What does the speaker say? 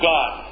God